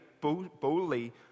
boldly